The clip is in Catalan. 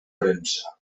premsa